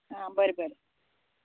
हा बरे बरे